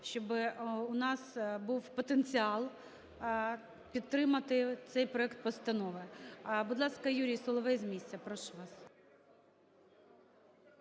щоб у нас був потенціал підтримати цей проект постанови. Будь ласка, Юрій Соловей, з місця. Прошу вас.